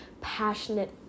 passionate